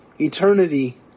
eternity